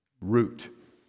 root